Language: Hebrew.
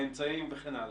באמצעים וכן הלאה?